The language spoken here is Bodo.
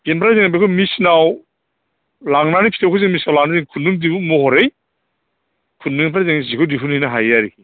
बेनिफ्राय जोङो बेखौ मेसिनाव लांनानै फिथोबखौ जों मेसिनाव लानानै जों खुन्दुं दिरुं महरै खुन्दुंनिफ्राय जोङो सिखौ दिहुनहैनो हायो आरोखि